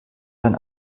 dann